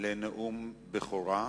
לנאום בכורה.